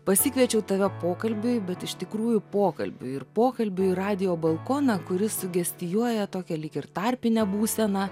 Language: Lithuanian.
pasikviečiau tave pokalbiui bet iš tikrųjų pokalbiui ir pokalbiui į radijo balkoną kuris sugestijuoja tokią lyg ir tarpinę būseną